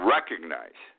Recognize